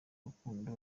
rukundo